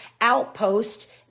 outpost